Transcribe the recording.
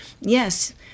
yes